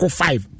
five